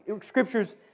Scripture's